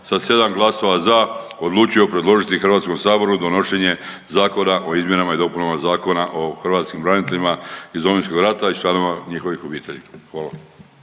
sa sedam glasova za odlučio predložiti HS donošenje Zakona o izmjenama i dopunama Zakona o hrvatskim braniteljima iz Domovinskog rata i članovima njihovih obitelji. Hvala.